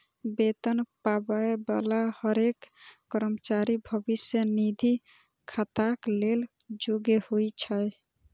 वेतन पाबै बला हरेक कर्मचारी भविष्य निधि खाताक लेल योग्य होइ छै